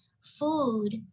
Food